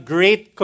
Great